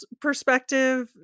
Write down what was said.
perspective